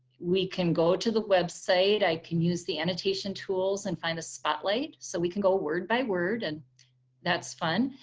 we can go to the website. i can use the annotation tools and find a spotlight. so we can go word by word and that's fun.